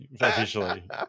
officially